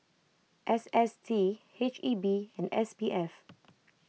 S S T H E B and S P F